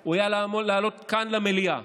הוא היה אמור לעלות כאן למליאה,